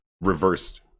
reversed